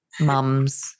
mums